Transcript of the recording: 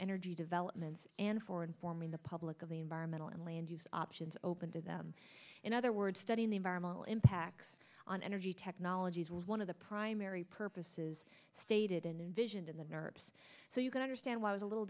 energy developments and for informing the public of the environmental and land use options open to them in other words studying the environmental impacts on energy technologies was one of the primary purposes stated in a vision to the nerves so you can understand why i was a little